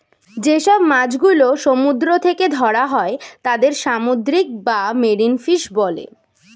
যে সব মাছ গুলো সমুদ্র থেকে ধরা হয় তাদের সামুদ্রিক বা মেরিন ফিশ বলে